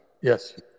Yes